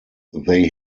they